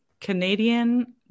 canadian